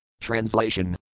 Translation